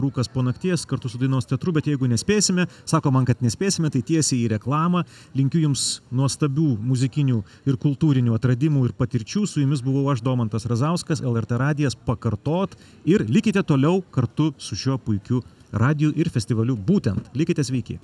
rūkas po nakties kartu su dainos teatru bet jeigu nespėsime sako man kad nespėsime tai tiesiai į reklamą linkiu jums nuostabių muzikinių ir kultūrinių atradimų ir patirčių su jumis buvau aš domantas razauskas lrt radijas pakartot ir likite toliau kartu su šiuo puikiu radiju ir festivaliu būtent likite sveiki